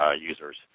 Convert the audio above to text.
users